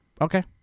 Okay